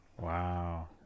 Wow